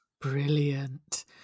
Brilliant